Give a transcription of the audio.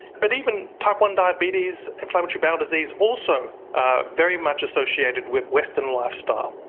but even type one diabetes, inflammatory bowel disease also are very much associated with western lifestyle.